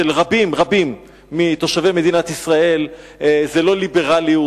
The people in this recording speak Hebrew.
רבים רבים מתושבי מדינת ישראל זה לא ליברליות,